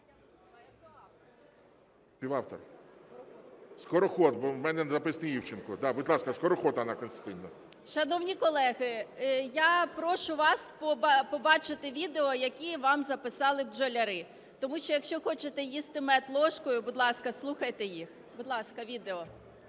Співавтор. Скороход, бо у мене написано Івченко. Будь ласка, Скороход Анна Костянтинівна. 11:38:36 СКОРОХОД А.К. Шановні колеги, я прошу вас побачити відео, які вам записали бджолярі. Тому що якщо хочете їсти мед ложкою, будь ласка, слухайте їх. Будь ласка, відео.